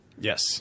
Yes